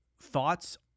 thoughts